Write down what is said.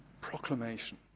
proclamation